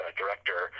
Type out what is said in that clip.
director